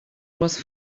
was